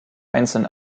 einzeln